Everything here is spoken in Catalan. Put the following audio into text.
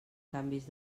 canvis